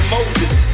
Moses